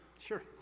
Sure